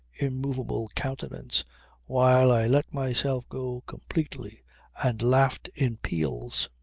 immovable countenance while i let myself go completely and laughed in peals.